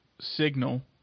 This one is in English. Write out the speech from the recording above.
Signal